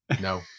No